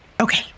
Okay